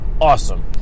awesome